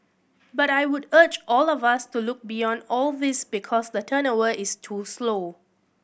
but I would urge all of us to look beyond all these because the turnover is too slow